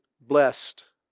blessed